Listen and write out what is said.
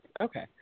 okay